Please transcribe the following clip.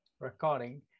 Recording